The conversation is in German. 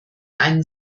einen